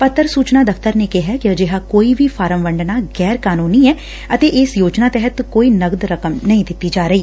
ਪੱਤਰ ਸੁਚਨਾ ਦਫ਼ਤਰ ਨੈ ਕਿਹੈ ਕਿ ਅਜਿਹਾ ਕੋਈ ਵੀ ਫਾਰਮ ਵੰਡਣਾ ਗੈਰ ਕਾਨੂੰਨੀ ਏ ਅਤੇ ਇਸ ਯੋਜਨਾ ਤਹਿਤ ਕੋਈ ਨਕਦ ਰਕਮ ਨਹੀ ਦਿੱਡੀ ਜਾ ਰਹੀ